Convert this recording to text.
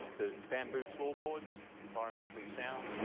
the bamboo floorboards, environmentally sound.